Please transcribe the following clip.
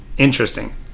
Interesting